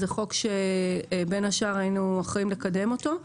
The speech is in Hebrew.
זה חוק שבין השאר היינו אחראים לקדמו.